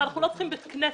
אנחנו לא צריכים בית כנסת,